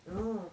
oh